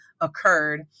occurred